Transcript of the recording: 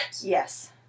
Yes